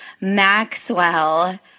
Maxwell